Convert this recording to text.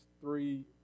three